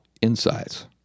insights